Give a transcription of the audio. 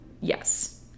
Yes